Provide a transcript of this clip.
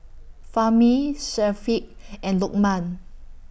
Fahmi Syafiq and Lokman